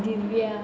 Divya